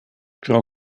pro